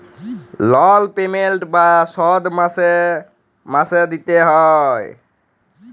লল পেমেল্ট বা শধ মাসে মাসে দিইতে হ্যয়